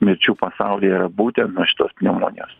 mirčių pasaulyje yra būtent nuo šitos pneumonijos